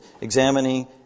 examining